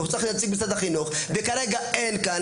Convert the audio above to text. צריך להיות נציג משרד החינוך וכרגע אין כאן,